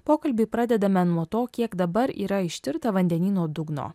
pokalbį pradedame nuo to kiek dabar yra ištirta vandenyno dugno